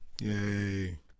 Yay